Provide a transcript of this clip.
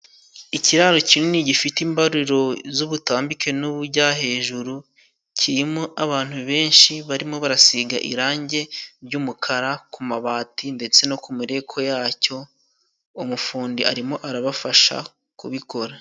Ikiraro kinini gifite imbariro z'ubutambike n'ubujya hejuru, kirimo abantu benshi barimo barasiga irange ry'umukara ku mabati ndetse no kumireko yacyo, umufundi arimo arabafasha kubikora.